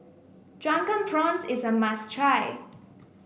Drunken Prawns is a must try